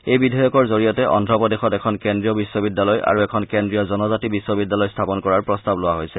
এই বিধেয়কৰ জৰিয়তে অভ্ৰপ্ৰদেশত এখন কেন্দ্ৰীয় বিশ্ববিদ্যালয় আৰু এখন কেন্দ্ৰীয় জনজাতি বিশ্ববিদ্যালয় স্থাপন কৰাৰ প্ৰস্তাৱ লোৱা হৈছে